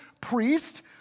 priest